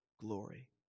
glory